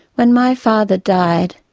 when my father died,